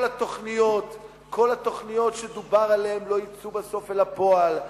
כל התוכניות שדובר עליהן לא יצאו בסוף אל הפועל,